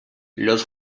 los